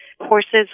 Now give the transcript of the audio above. horses